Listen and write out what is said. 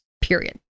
period